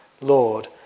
Lord